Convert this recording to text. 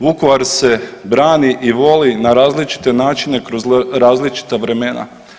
Vukovar se brani i voli na različite načine kroz različita vremena.